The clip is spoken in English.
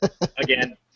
Again